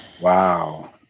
Wow